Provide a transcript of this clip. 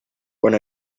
one